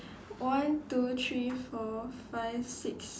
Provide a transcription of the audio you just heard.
one two three four five six